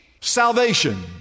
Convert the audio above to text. salvation